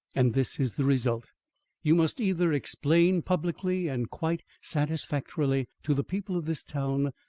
and this is the result you must either explain publicly and quite satisfactorily to the people of this town,